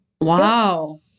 Wow